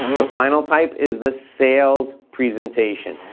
the final type is the sales presentation.